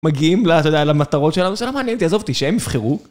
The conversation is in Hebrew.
מגיעים למטרות שלנו, שלא מעניין אותי, עזוב אותי, שהם יבחרו.